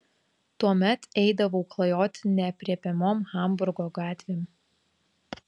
tuomet eidavau klajoti neaprėpiamom hamburgo gatvėm